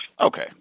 okay